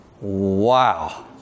wow